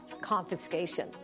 confiscation